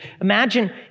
Imagine